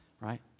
right